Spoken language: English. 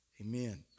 Amen